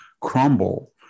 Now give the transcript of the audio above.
crumble